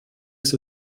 ist